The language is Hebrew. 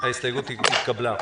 ההסתייגות התקבלה.